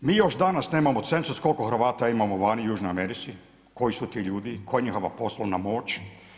Mi još danas nemamo cenzus koliko Hrvata imamo vani u Južnoj Americi, koji su ti ljudi, koja je njihova poslovna moć.